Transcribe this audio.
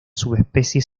subespecies